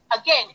Again